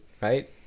right